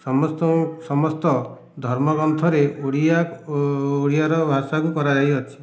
ସମସ୍ତେ ସମସ୍ତ ଧର୍ମ ଗ୍ରନ୍ଥରେ ଓଡ଼ିଆ ଓଡ଼ିଆର ଭାଷାକୁ କରାଯାଇଅଛି